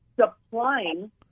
supplying